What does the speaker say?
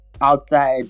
outside